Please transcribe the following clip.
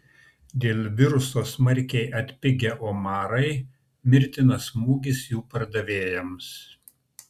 dėl viruso smarkiai atpigę omarai mirtinas smūgis jų pardavėjams